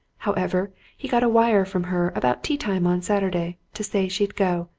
however, he got a wire from her, about tea-time on saturday, to say she'd go,